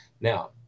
Now